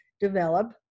develop